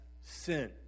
sin